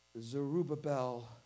Zerubbabel